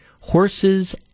horses